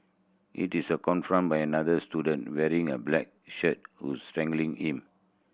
he a confronted by another student wearing a black shirt who strangling him